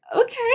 okay